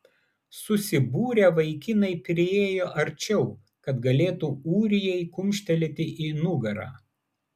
susibūrę vaikinai priėjo arčiau kad galėtų ūrijai kumštelėti į nugarą